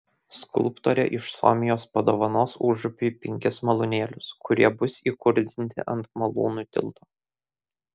skulptorė iš suomijos padovanos užupiui penkis malūnėlius kurie bus įkurdinti ant malūnų tilto